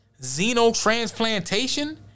Xenotransplantation